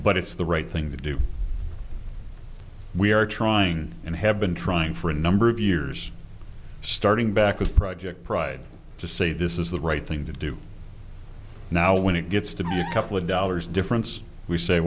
but it's the right thing to do we are trying and have been trying for a number of years starting back with project pride to say this is the right thing to do now when it gets to be a couple of dollars difference we say